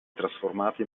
trasformata